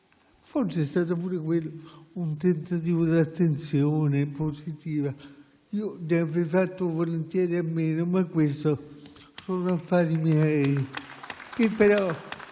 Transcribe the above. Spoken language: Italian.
forse è stato anche quello un tentativo di attenzione positiva; io ne avrei fatto volentieri a meno, ma questi sono affari miei.